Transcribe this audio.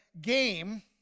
game